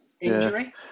Injury